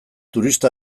turista